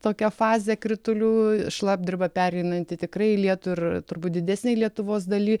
tokią fazę kritulių šlapdriba pereinanti tikrai į lietų ir turbūt didesnėj lietuvos daly